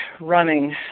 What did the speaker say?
running